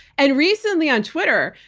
and recently on twitter,